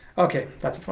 okay that's it for